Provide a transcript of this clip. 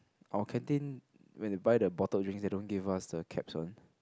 our canteen when they buy the bottled drinks they don't give us the caps one